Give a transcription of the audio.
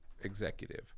executive